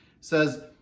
says